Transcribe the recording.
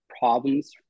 problems